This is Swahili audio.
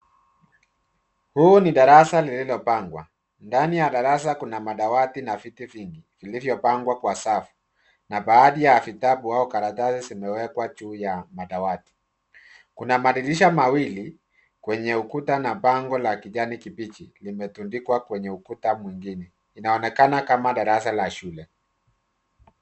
Huu ni darasa lililopangwa. Ndani ya darasa kuna madawati na viti vingi vilivyopangwa kwa safu na baadhi ya vitabu au karatasi zimewekwa juu ya madawati. Kuna madirisha mawili kwenye ukuta na bango la kijani kibichi limetundikwa kwenye ukuta mwingine. Linaonekana kama darasa la shule.